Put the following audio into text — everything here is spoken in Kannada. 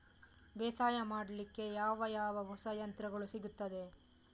ಬೇಸಾಯ ಮಾಡಲಿಕ್ಕೆ ಯಾವ ಯಾವ ಹೊಸ ಯಂತ್ರಗಳು ಸಿಗುತ್ತವೆ?